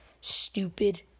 stupid